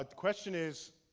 question is,